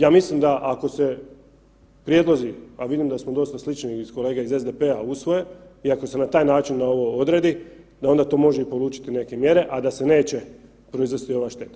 Ja mislim da ako se prijedlozi, a vidim da smo dosta slični i kolege iz SDP-a usvoje i ako se na taj način ovo odredi da onda to može i polučiti neke mjere, a da se neće proizvesti ova šteta.